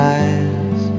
eyes